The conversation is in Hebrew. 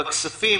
בכספים,